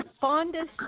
fondest